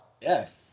Yes